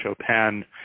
Chopin